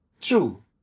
True